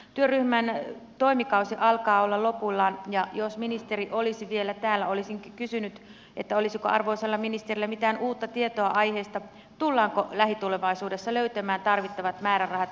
työryhmän toimikausi alkaa olla lopuillaan ja jos ministeri olisi vielä täällä olisinkin kysynyt olisiko arvoisalla ministerillä mitään uutta tietoa aiheesta tullaanko lähitulevaisuudessa löytämään tarvittavat määrärahat nettiäänestysjärjestelmän kehittämiseen